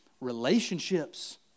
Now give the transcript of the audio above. relationships